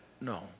No